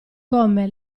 come